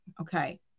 okay